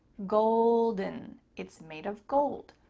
golden, it's made of gold,